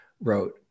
wrote